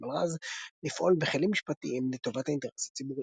מלר"ז לפעול בכלים משפטיים לטובת האינטרס הציבורי.